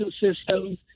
system